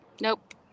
nope